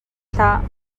hlah